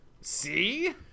see